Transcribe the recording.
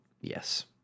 yes